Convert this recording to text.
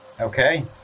Okay